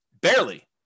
Barely